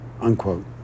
Unquote